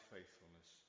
Faithfulness